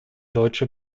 deutsche